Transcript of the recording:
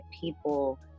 people